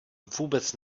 vůbec